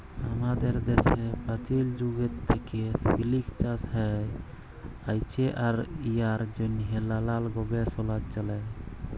আমাদের দ্যাশে পাচীল যুগ থ্যাইকে সিলিক চাষ হ্যঁয়ে আইসছে আর ইয়ার জ্যনহে লালাল গবেষলা চ্যলে